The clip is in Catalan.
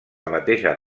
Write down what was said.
mateixa